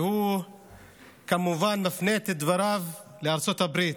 והוא כמובן מפנה את דבריו לארצות הברית.